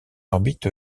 orbite